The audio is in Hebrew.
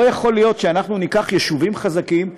לא יכול להיות שאנחנו ניקח יישובים חזקים,